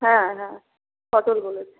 হ্যাঁ হ্যাঁ পটল বলেছি